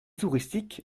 touristiques